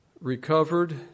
recovered